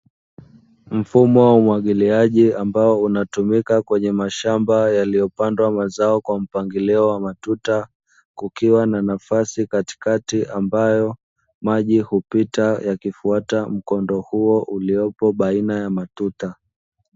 Mfumo wa umwagiliaji ambao hutumika kwenye mashamba yaliyopandwa mazao kwenye mpangilio wa matuta, kukiwa na nafasi katikati ambayo maji hupita yakifuata mkondo huu uliopo baina ya matuta.